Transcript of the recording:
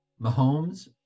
Mahomes